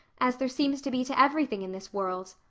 as there seems to be to everything in this world.